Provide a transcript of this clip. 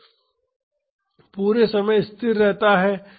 तो यह धीरे धीरे बढ़ रहा है और फिर फाॅर्स पूरे समय स्थिर रहता है